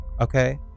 Okay